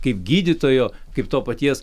kaip gydytojo kaip to paties